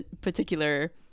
particular